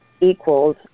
equals